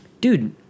dude